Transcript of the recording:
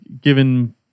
given